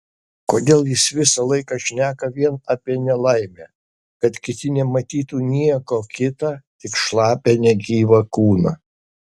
kodėl jis visą laiką šneka vien apie nelaimę kad kiti nematytų nieko kita tik šlapią negyvą kūną